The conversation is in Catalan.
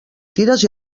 tires